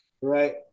Right